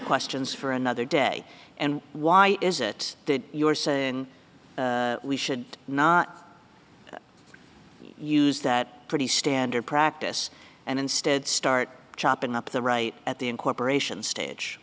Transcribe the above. questions for another day and why is it that you're saying we should not use that pretty standard practice and instead start chopping up the right at the incorporation stage